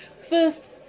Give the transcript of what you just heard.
First